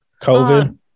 COVID